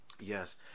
Yes